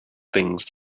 things